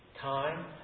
time